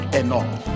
enough